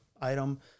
item